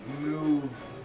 move